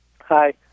Hi